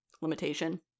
limitation